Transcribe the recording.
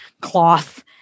cloth